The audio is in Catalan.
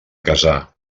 casar